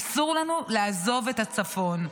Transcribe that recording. אסור לנו לעזוב את הצפון.